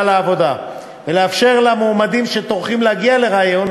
לעבודה ולאפשר למועמדים שטורחים להגיע לריאיון